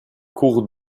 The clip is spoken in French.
cours